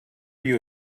you